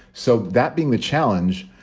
so that being the challenge,